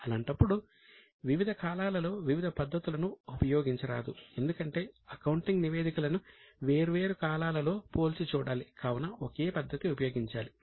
అలాంటప్పుడు వివిధ కాలాలలో వివిధ పద్ధతులను ఉపయోగించరాదు ఎందుకంటే అకౌంటింగ్ నివేదికలను వేర్వేరు కాలాలలో పోల్చిచూడాలి కావున ఒకే పద్ధతి ఉపయోగించాలి